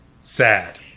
sad